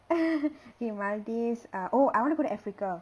K ah oh I wanna go to africa